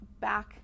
back